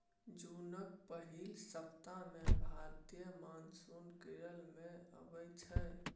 जुनक पहिल सप्ताह मे भारतीय मानसून केरल मे अबै छै